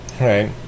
Right